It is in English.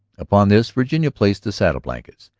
upon this virginia placed the saddle-blankets,